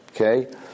Okay